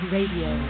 Radio